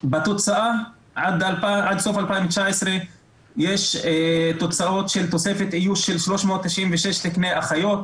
עד סוף 2019 יש תוצאות של תוספת איוש של 396 תקני אחיות,